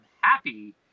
happy